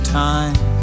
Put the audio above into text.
time